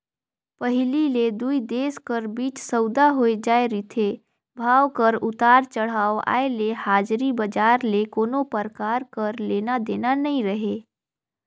पहिली ले दुई देश कर बीच सउदा होए जाए रिथे, भाव कर उतार चढ़ाव आय ले हाजरी बजार ले कोनो परकार कर लेना देना नी रहें